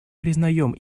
признаем